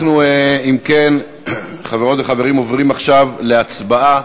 אנחנו, אם כן, חברות וחברים, עוברים עכשיו להצבעה